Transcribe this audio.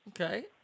Okay